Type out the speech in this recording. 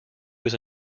was